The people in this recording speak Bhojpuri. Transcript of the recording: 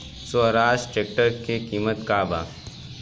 स्वराज ट्रेक्टर के किमत का बा?